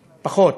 פחות.